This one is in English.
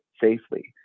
safely